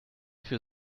für